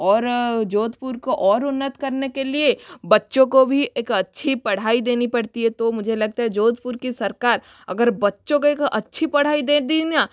और जोधपुर को और उन्नत करने के लिए बच्चों को भी एक अच्छी पढ़ाई देनी पड़ती है तो मुझे लगता है जोधपुर की सरकार अगर बच्चों कोई को अच्छी पढ़ाई दे दी न